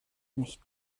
nicht